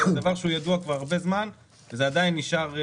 זה דבר שהוא ידוע כבר הרבה זמן וזה עדיין נשאר.